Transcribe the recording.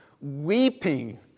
weeping